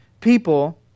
people